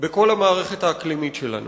בכל המערכת האקלימית שלנו.